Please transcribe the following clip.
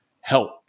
help